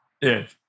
Yes